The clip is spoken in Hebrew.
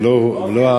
ולא,